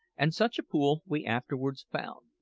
and such a pool we afterwards found,